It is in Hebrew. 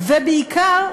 ובעיקר,